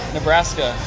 Nebraska